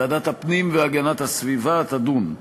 ועדת הפנים והגנת הסביבה תדון,